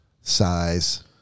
size